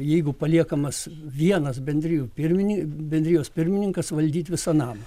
jeigu paliekamas vienas bendrijų pirmini bendrijos pirmininkas valdyt visą namą